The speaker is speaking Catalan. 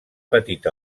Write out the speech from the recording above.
patit